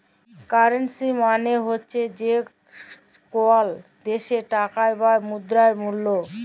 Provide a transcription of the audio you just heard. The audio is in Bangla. কারেল্সি মালে হছে যে কল দ্যাশের টাকার বা মুদ্রার মূল্য